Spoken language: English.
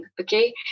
Okay